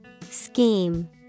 Scheme